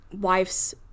wife's